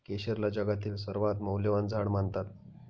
केशरला जगातील सर्वात मौल्यवान झाड मानतात